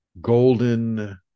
golden